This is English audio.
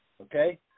Okay